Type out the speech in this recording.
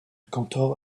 cantor